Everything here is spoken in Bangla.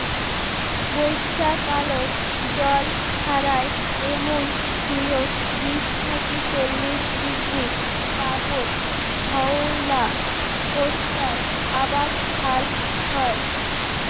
বইষ্যাকালত জল খাড়ায় এমুন ভুঁইয়ত বিশ থাকি চল্লিশ ডিগ্রী তাপত ধওলা কোষ্টার আবাদ ভাল হয়